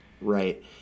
Right